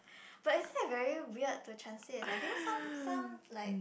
but is it very weird to translate leh because some some like